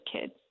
kids